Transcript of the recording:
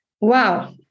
Wow